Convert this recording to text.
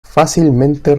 fácilmente